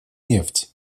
нефть